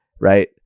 right